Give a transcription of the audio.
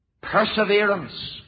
Perseverance